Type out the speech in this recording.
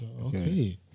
Okay